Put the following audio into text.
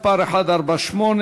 מס' 148,